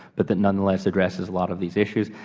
but that nonetheless addresses a lot of these issues.